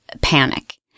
panic